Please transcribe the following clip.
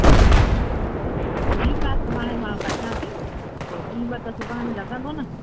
हल ठीकु आहे सुभाणे मां कटिया थी पोइ ॾींहं ॿ त सिबण में लॻंदो न